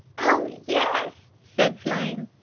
oh, yes! said flame.